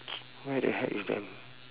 where the heck is them